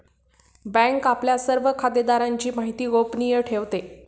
bank आपल्या सर्व खातेदारांची माहिती गोपनीय ठेवते